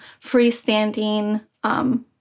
freestanding